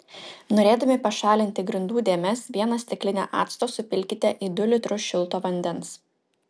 norėdami pašalinti grindų dėmes vieną stiklinę acto supilkite į du litrus šilto vandens